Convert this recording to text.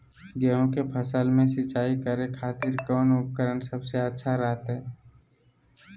गेहूं के फसल में सिंचाई करे खातिर कौन उपकरण सबसे अच्छा रहतय?